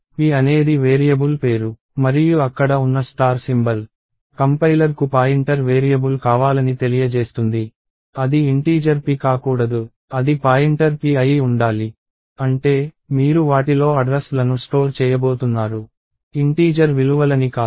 p అనేది variable పేరు మరియు అక్కడ ఉన్న స్టార్ సింబల్ కంపైలర్ కు పాయింటర్ వేరియబుల్ కావాలని తెలియజేస్తుంది అది ఇంటీజర్ p కాకూడదు అది పాయింటర్ p అయి ఉండాలి అంటే మీరు వాటిలో అడ్రస్ లను స్టోర్ చేయబోతున్నారు ఇంటీజర్ విలువలని కాదు